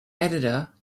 editor